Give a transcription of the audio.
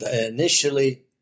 initially